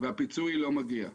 והפיצוי לא מגיע.